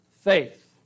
faith